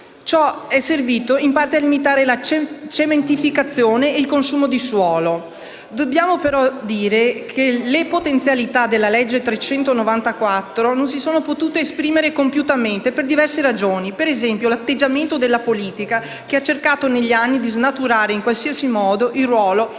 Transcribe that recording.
Ciò è servito in parte a limitare la cementificazione e il consumo di suolo. Dobbiamo però dire che le potenzialità della legge n. 394 non si sono potute esprimere compiutamente, per diverse ragioni come - per esempio - l'atteggiamento della politica, che ha cercato negli anni di snaturare in qualsiasi modo il ruolo che con